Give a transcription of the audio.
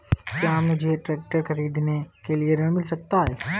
क्या मुझे ट्रैक्टर खरीदने के लिए ऋण मिल सकता है?